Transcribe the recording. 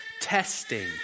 testing